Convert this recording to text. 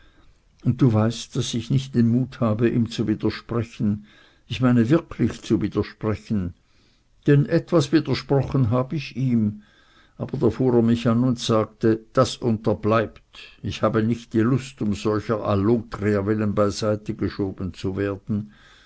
und du weißt daß ich nicht den mut habe ihm zu widersprechen ich meine wirklich zu widersprechen denn etwas widersprochen hab ich ihm aber da fuhr er mich an und sagte das unterbleibt ich habe nicht lust um solcher allotria willen beiseite geschoben zu werden